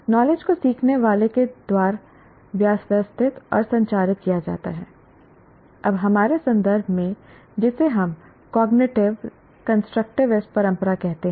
knowledge को सीखने वाले के द्वारा व्यवस्थित और संरचित किया जाता है अब हमारे संदर्भ में जिसे हम कॉग्निटिविस्ट कंस्ट्रक्टिविस्ट परंपरा कहते हैं